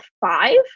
five